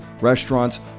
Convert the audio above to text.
restaurants